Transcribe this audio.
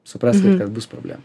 supraskit kad bus problemų